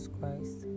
Christ